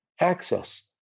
access